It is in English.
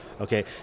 Okay